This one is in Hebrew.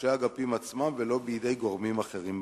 וראשי האגפים עצמם, ולא בידי גורמים אחרים במשרד.